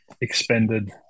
expended